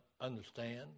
understand